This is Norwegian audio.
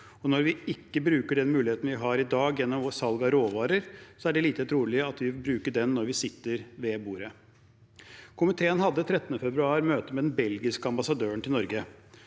Når vi ikke bruker den muligheten vi har i dag gjennom vårt salg av råvarer, er det lite trolig at vi vil bruke den når vi sitter ved bordet. Komiteen hadde 13. februar et møte med den belgiske ambassadøren til Norge.